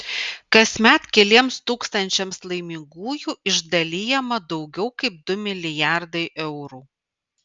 kasmet keliems tūkstančiams laimingųjų išdalijama daugiau kaip du milijardai eurų